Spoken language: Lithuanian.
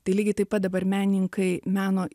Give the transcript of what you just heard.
tai lygiai taip pat dabar menininkai meno